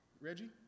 Reggie